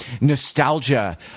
nostalgia